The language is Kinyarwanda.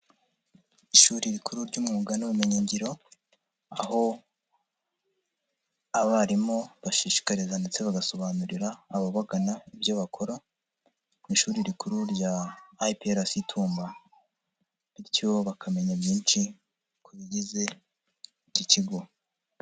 Ishuri rikuru ry'umwuga n'ubumenyi ngiro aho abarimu bashishikariza ndetse bagasobanurira ababagana ibyo bakora mu ishuri rikuru rya IPRS Tumba bityo bakamenya byinshi ku bigize iki kigo.